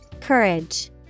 Courage